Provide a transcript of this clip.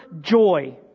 joy